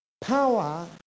power